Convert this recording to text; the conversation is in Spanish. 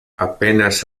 apenas